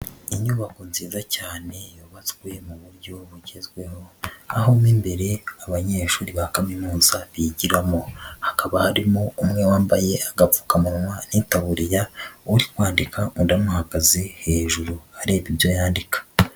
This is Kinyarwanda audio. Inyubako nziza cyane yubatswe mu buryo bugezweho, aho mo imbere abanyeshuri ba kaminuza bigiramo. Hakaba harimo umwe wambaye agapfukamunwa n'itaburiya, uri kwandika undi amuhagaze hejuru areba ibyo yandika.